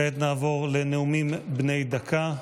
(מחיאות כפיים) כעת נעבור לנאומים בני דקה.